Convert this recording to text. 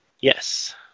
yes